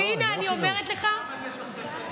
הינה, אני אומרת לך, כמה זה תוספת?